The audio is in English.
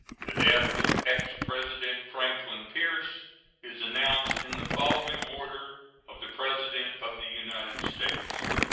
the death of ex-president franklin pierce is announced in the following order of the president of the united states